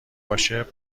باشه